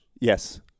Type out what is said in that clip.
Yes